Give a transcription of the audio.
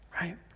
right